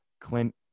Clint